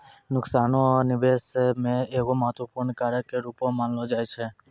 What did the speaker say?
नुकसानो निबेश मे एगो महत्वपूर्ण कारक के रूपो मानलो जाय छै